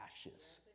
ashes